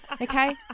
Okay